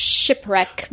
shipwreck